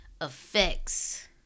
effects